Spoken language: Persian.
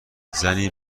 زنی